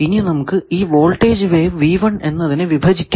ഇനി നമുക്ക് ഈ വോൾടേജ് വേവ് എന്നതിനെ വിഭജിക്കണം